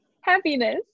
happiness